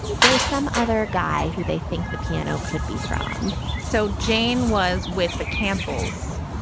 there's some other guy who they think the piano could be from so jane was with the campbells.